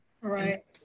Right